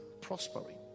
prospering